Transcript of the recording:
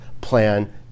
plan